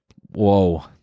Whoa